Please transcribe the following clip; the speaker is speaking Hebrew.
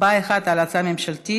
הצבעה אחת על ההצעה הממשלתית,